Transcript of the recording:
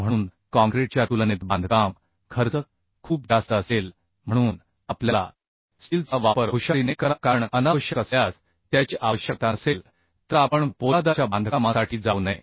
म्हणून काँक्रीटच्या तुलनेत बांधकाम खर्च खूप जास्त असेल म्हणून आपल्याला स्टीलचा वापर हुशारीने करा कारण अनावश्यक असल्यास त्याची आवश्यकता नसेल तर आपण पोलादाच्या बांधकामासाठी जाऊ नये